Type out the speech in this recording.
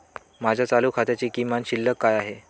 माझ्या चालू खात्याची किमान शिल्लक काय आहे?